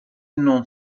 non